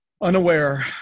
unaware